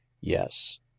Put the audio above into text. Yes